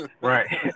Right